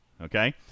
okay